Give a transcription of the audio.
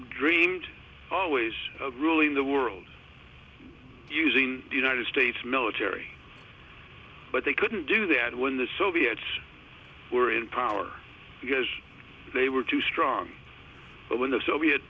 dreamed always ruling the world using the united states military but they couldn't do that when the soviets were in power because they were too strong but when the soviet